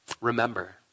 Remember